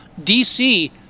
DC